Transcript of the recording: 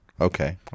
Okay